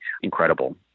incredible